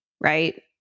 right